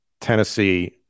Tennessee